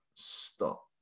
stop